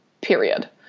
period